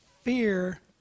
fear